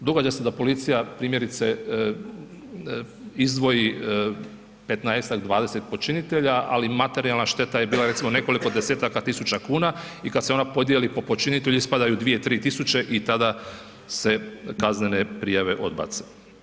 Događa se da policija primjerice izdvoji 15-ak, 20 počinitelja ali materijalna šteta je bila recimo nekoliko desetaka tisuća kuna i kad se ona podijeli po počinitelju, ispadaju 2, 3000 i tada se kaznene prijave odbace.